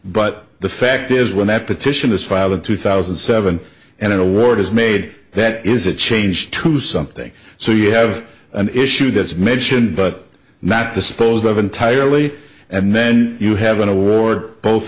but the fact is when that petition is filed in two thousand and seven and an award is made that is a change to something so you have an issue that is mentioned but not disposed of entirely and then you have an award both